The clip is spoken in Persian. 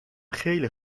خیلی